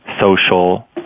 social